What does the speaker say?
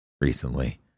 recently